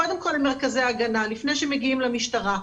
קודם כל למרכזי הגנה, לפני שמגיעים למשטרה.